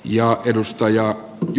ja edustaja j